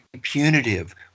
punitive